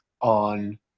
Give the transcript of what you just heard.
on